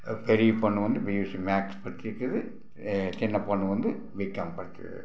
பெரிய பொண்ணு வந்து பிஎஸ்சி மேக்ஸ் படிச்சிருக்குது சின்ன பொண்ணு வந்து பிகாம் படிக்குது